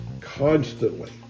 constantly